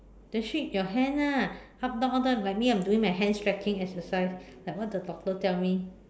just shake your hand ah up down up down like me I'm doing my hand stretching exercise like what the doctor tell me